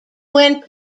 went